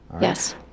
Yes